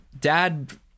Dad